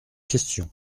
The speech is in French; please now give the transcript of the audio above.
question